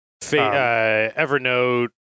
Evernote